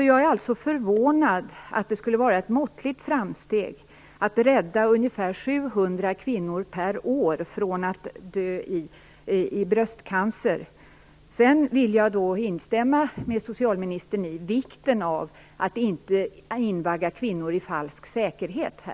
Jag är alltså förvånad över att det sägs vara ett måttligt framsteg att rädda ungefär 700 kvinnor per år från att dö i bröstcancer. Sedan vill jag instämma i vad socialministern säger om hur viktigt det är att kvinnor inte invaggas i falsk säkerhet.